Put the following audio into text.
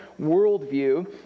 worldview